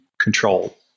control